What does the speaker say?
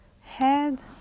head